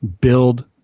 build